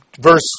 verse